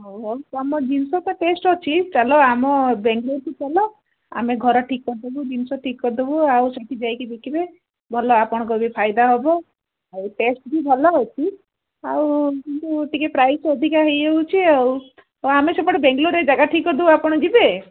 ହଉ ହଉ ତୁମ ଜିନିଷ ତ ଟେଷ୍ଟ ଅଛି ଚାଲ ଆମ ବାଙ୍ଗଲୋରକୁ ଚାଲ ଆମେ ଘର ଠିକ୍ କରିଦେବୁ ଜିନିଷ ଠିକ୍ କରିଦେବୁ ଆଉ ସେଠି ଯାଇକି ବିକିବେ ଭଲ ଆପଣଙ୍କର ବି ଫାଇଦା ହବ ଆଉ ଟେଷ୍ଟ ବି ଭଲ ଅଛି ଆଉ କିନ୍ତୁ ଟିକେ ପ୍ରାଇସ୍ ଅଧିକା ହେଇଯାଉଛିି ଆଉ ଆମେ ସେପଟେ ବେଙ୍ଗଲୋରରେ ଜାଗା ଠିକ୍ କରିଦେବୁ ଆପଣ ଯିବେ